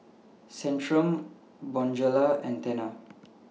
Centrum Bonjela and Tena